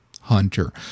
Hunter